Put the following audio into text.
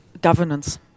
governance